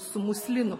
su muslinu